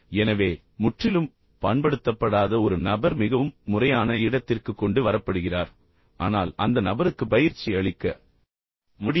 எனவே முற்றிலும் பண்படுத்தப்படாத ஒரு நபர் மிகவும் முறையான இடத்திற்கு கொண்டு வரப்படுகிறார் ஆனால் அந்த நபருக்கு பயிற்சி அளிக்க முடியும்